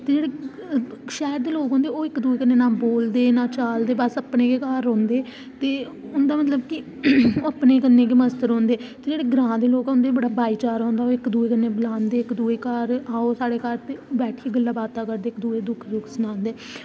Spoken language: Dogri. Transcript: ते जेह्ड़े शैह्र दे लोग ओह् ना इक्क दूऐ कन्नै बोलदे ना चालदे बस अपने गै घर रौहंदे ते उंदा मतलब की नेईं तां मस्त रौहंदे ते जेह्ड़े ग्रांऽ दे लोक होंदे ते बड़ा भाईचारा होंदा इक्क दूऐ गी बुलांदे अपने घर आओ साढ़े घर बैठियै गल्लां बातां करदे इक्क दूऐ गी दुख सुख सनांदे